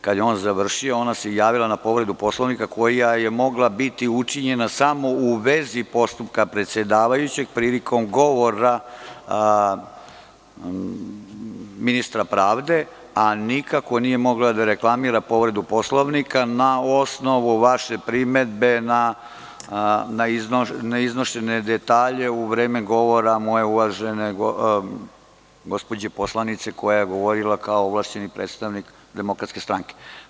Kad je on završio, ona se javila na povredu Poslovnika koja je mogla biti učinjena samo u vezi postupka predsedavajućeg, prilikom govora ministra pravde, a nikako nije mogla da reklamira povredu Poslovnika na osnovu vaše primedbe na iznošene detalje u vreme govora moje uvažene gospođe poslanice koja je govorila kao ovlašćeni predstavnik Demokratske stranke.